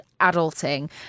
Adulting